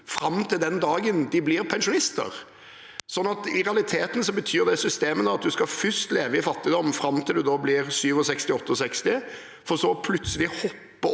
fram til den dagen de blir pensjonister. I realiteten betyr det i systemene at man først skal leve i fattigdom fram til man blir 67–68 år, for så plutselig å hoppe opp